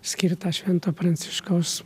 skirtą švento pranciškaus